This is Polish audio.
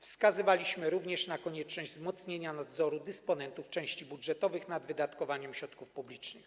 Wskazywaliśmy również na konieczność wzmocnienia nadzoru dysponentów części budżetowych nad wydatkowaniem środków publicznych.